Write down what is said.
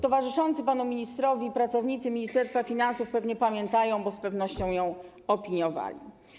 Towarzyszący panu ministrowi pracownicy Ministerstwa Finansów pewnie to pamiętają, bo z pewnością ją opiniowali.